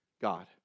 god